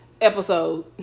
episode